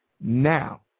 now